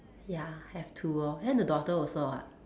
ya have to lor then the daughter also [what]